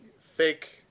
fake